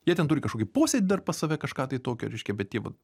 jie ten turi kažkokį posėdį dar pas save kažką tai tokio reiškia bet jie va